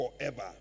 forever